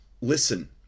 listen